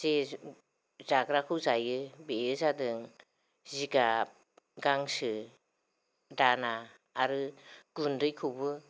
जे जाग्राखौ जायो बेयो जादों जिगाब गांसो दाना आरो गुन्दैखौबो